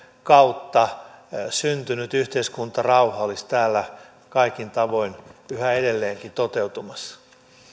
kautta syntynyt yhteiskuntarauha olisi täällä kaikin tavoin yhä edelleenkin toteutumassa